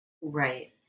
Right